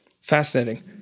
Fascinating